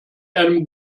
einem